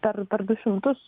per per du šimtus